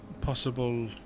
possible